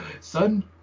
Son